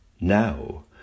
Now